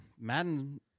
Madden